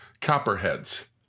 Copperheads